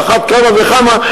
על אחת כמה וכמה,